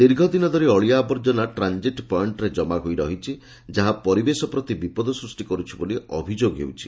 ଦୀର୍ଘଦିନ ଧରି ଅଳିଆ ଆବର୍ଜନା ଟ୍ରାନ୍ଜିଟି ପଏକ୍କରେ ଜମାହୋଇ ରହିଛି ଯାହା ପରିବେଶ ପ୍ରତି ବିପଦ ସୃଷ୍ କରୁଛି ବୋଲି ଅଭିଯୋଗ ହେଉଛି